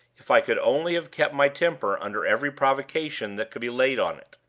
if i could only have kept my temper under every provocation that could be laid on it.